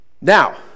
Now